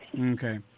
Okay